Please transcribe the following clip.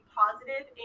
positive